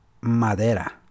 Madera